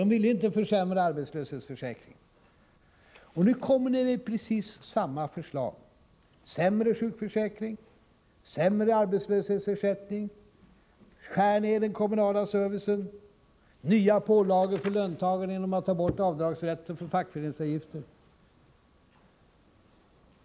De ville inte försämra arbetslöshetsförsäkringen. Nu kommer ni med precis samma förslag: Sämre sjukförsäkring, sämre arbetslöshetsersättning, nedskärningar i den kommunala servicen, nya pålagor för löntagarna genom borttagande av rätten till avdrag för fackföreningsavgifter.